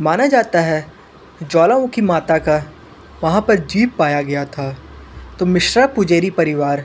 माना जाता है ज्वालामुखी माता का वहाँ पर जीभ पाया गया था तो मिश्रा पुजारी परिवार